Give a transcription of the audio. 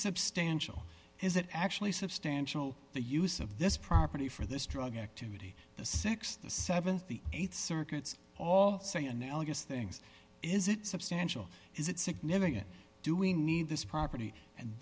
substantial is it actually substantial the use of this property for this drug activity the six the th the eight circuits all say analogous things is it substantial is it significant doing need this property and